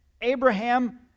Abraham